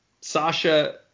Sasha